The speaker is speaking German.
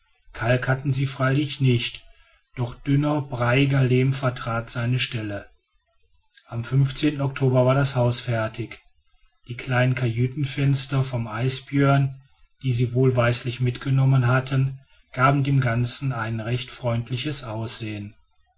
kalk hatten sie freilich nicht doch dünner breiiger lehm vertrat seine stelle am oktober war das haus fertig die kleinen kajütenfenster vom isbjörn die sie wohlweislich mitgenommen hatten gaben dem ganzen ein recht freundliches aussehen